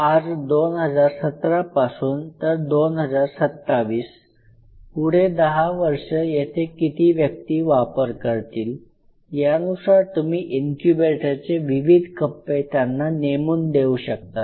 आज 2017 पासून तर 2027 पुढे दहा वर्ष येथे किती व्यक्ती वापर करतील यानुसार तुम्ही इनक्यूबेटरचे विविध कप्पे त्यांना नेमून देऊ शकतात